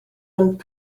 ond